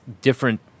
different